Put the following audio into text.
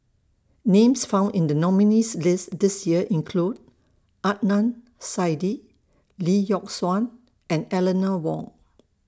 Names found in The nominees' list This Year include Adnan Saidi Lee Yock Suan and Eleanor Wong